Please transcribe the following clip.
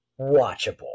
watchable